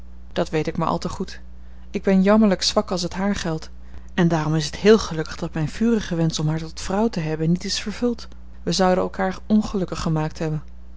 dat weet ik maar al te goed ik ben jammerlijk zwak als het haar geldt en daarom is het heel gelukkig dat mijn vurige wensch om haar tot vrouw te hebben niet is vervuld wij zouden elkaar ongelukkig gemaakt hebben